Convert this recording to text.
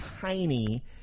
tiny